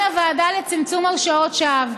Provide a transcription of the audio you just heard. הוועדה לצמצום הרשעות שווא.